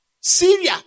Syria